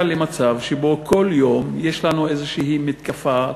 למצב שבו כל יום יש לנו איזושהי מתקפה,